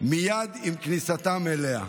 מייד עם כניסתם אליה.